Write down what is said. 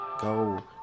Go